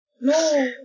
No